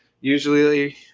usually